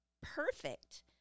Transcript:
perfect